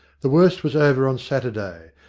the worst was over on saturday,